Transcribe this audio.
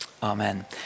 Amen